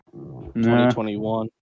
2021